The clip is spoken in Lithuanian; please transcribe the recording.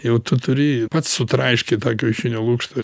jau tu turi pats sutraiškyt tą kiaušinio lukštą